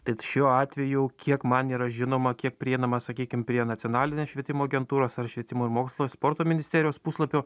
tai šiuo atveju kiek man yra žinoma kiek prieinama sakykim prie nacionalinės švietimo agentūros ar švietimo ir mokslo sporto ministerijos puslapio